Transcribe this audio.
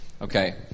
Okay